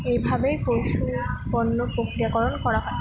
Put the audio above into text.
এইভাবেই পশু পণ্য প্রক্রিয়াকরণ করা হয়